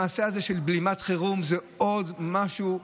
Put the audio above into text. המעשה הזה של בלימת חירום הוא עוד משהו,